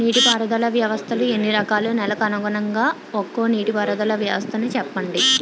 నీటి పారుదల వ్యవస్థలు ఎన్ని రకాలు? నెలకు అనుగుణంగా ఒక్కో నీటిపారుదల వ్వస్థ నీ చెప్పండి?